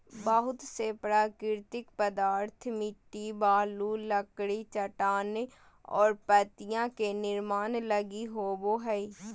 बहुत से प्राकृतिक पदार्थ मिट्टी, बालू, लकड़ी, चट्टानें और पत्तियाँ के निर्माण लगी होबो हइ